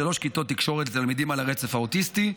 שלוש כיתות תקשורת לתלמידים על הרצף האוטיסטי.